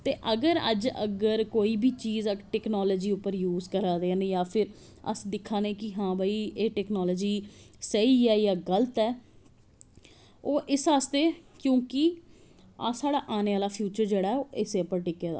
ते अगर अज्ज कोई बी चीज़ अगर टैकनॉलजी उप्पर यूज़ करा दे न जां फिर अस दिक्खा ने कि हां भाई एह् टैकनॉलजी स्हेई ऐ जां गल्त ऐ ओह् इस आस्ते क्योंकि अस साढ़ा आनें आह्ला फ्यूचर जेह्ड़ा इस्सै पर टिके दा